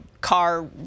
Car